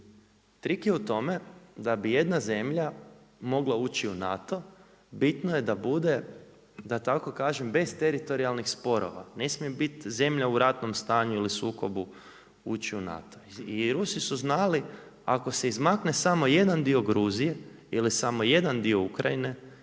Trik je u tome da bi jedna zemlja mogla ući u NATO bitno je da bude da tako kažem bez teritorijalnih sporova, ne smije biti zemlja u ratnom stanju ili sukobu ući u NATO. I rusi su znali ako se izmakne samo jedan dio Gruzije ili samo jedan dio Ukrajine